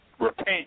Repent